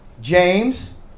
James